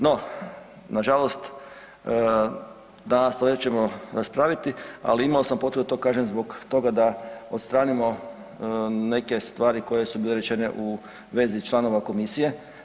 No, nažalost danas ovdje ćemo raspravit, ali imao sam potrebu da to kažem zbog toga da odstranimo neke stvari koje su bile rečene u vezi članova komisije.